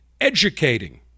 educating